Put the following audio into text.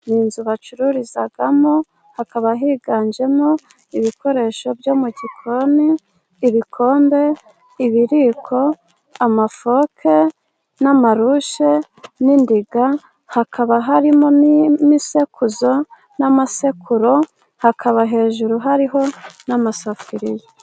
Iyi nzu bacururizamo hakaba higanjemo ibikoresho byo mu gikoni, ibikombe, ibiyiko, amafoke n'amarushi n'indiga, hakaba harimo n'imisekuzo n'amasekuru hakaba hejuru hariho n'amasafuriya.